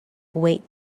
wait